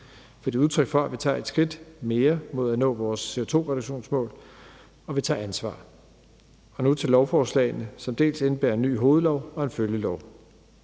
for de er et udtryk for, at vi tager et skridt mere mod at nå vores CO2-reduktionsmål, og at vi tager ansvar. Så vil jeg gå over til lovforslagene, som dels indebærer en ny hovedlov og en følgelov.